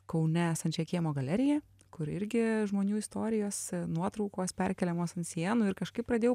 kaune esančią kiemo galeriją kur irgi žmonių istorijos nuotraukos perkeliamos ant sienų ir kažkaip pradėjau